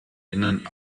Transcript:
innen